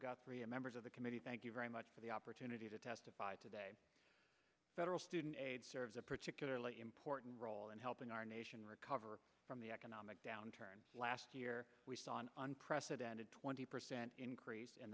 got three of members of the committee thank you very much for the opportunity to testify today federal student aid serves a particularly important role in helping our nation recover from the economic downturn last year we saw an unprecedented twenty percent increase